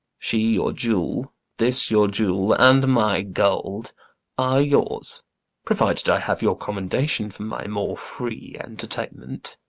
she your jewel, this your jewel, and my gold are yours provided i have your commendation for my more free entertainment.